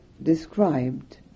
described